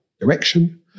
direction